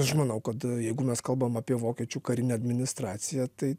aš manau kad jeigu mes kalbam apie vokiečių karinę administraciją tai